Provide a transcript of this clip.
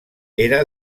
era